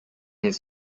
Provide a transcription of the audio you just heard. his